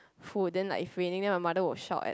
food then like if raining then my mother will shout at